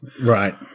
Right